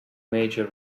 major